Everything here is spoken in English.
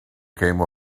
came